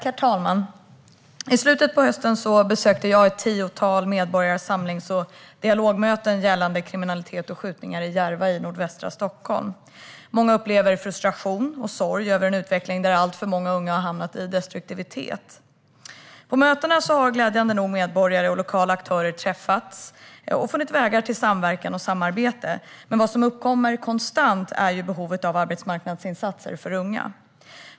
Herr talman! I slutet på hösten besökte jag ett tiotal medborgar-, samlings och dialogmöten gällande kriminalitet och skjutningar i Järva i nordvästra Stockholm. Många upplever frustration och sorg över en utveckling där alltför många unga har hamnat i destruktivitet. På mötena har glädjande nog medborgare och lokala aktörer träffats och funnit vägar till samverkan och samarbete. Vad som kommer upp konstant är behovet av arbetsmarknadsinsatser för unga.